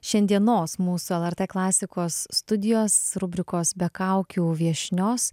šiandienos mūsų lrt klasikos studijos rubrikos be kaukių viešnios